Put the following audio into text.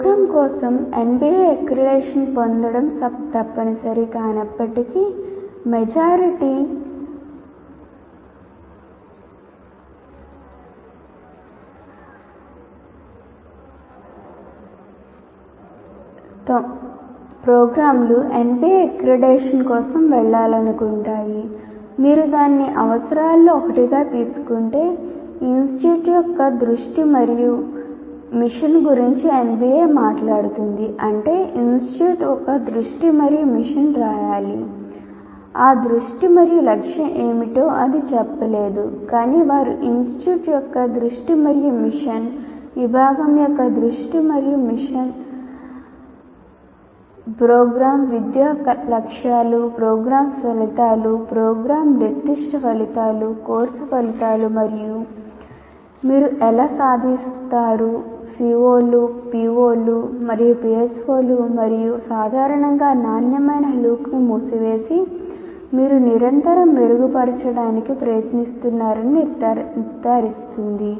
programme కోసం NBA accreditation పొందడం తప్పనిసరి కానప్పటికీ మెజారిటీ మరియు మీరు ఎలా సాధిస్తారు CO లు PO లు మరియు PSO లు మరియు సాధారణంగా నాణ్యమైన లూప్ను మూసివేసి మీరు నిరంతరం మెరుగుపరచడానికి ప్రయత్నిస్తున్నారని నిర్ధారిస్తుంది